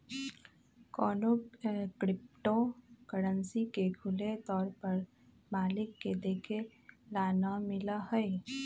कौनो cryptocurrency के खुले तौर पर मालिक के देखे ला ना मिला हई